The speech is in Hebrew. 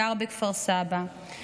גר בכפר סבא,